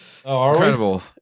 Incredible